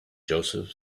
joseph